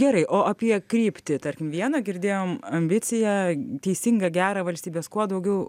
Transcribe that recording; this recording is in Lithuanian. gerai o apie kryptį tarkim vieną girdėjom ambiciją teisingą gerą valstybės kuo daugiau